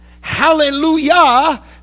Hallelujah